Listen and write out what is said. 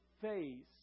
face